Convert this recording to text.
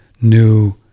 new